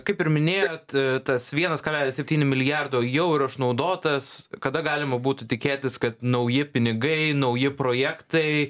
kaip ir minėjot tas vienas kablelis septyni milijardo jau išnaudotas kada galima būtų tikėtis kad nauji pinigai nauji projektai